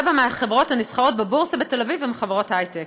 רבע מהחברות הנסחרות בבורסה בתל-אביב הן חברות היי-טק.